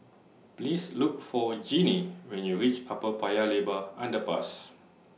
Please Look For Jeannie when YOU REACH Upper Paya Lebar Underpass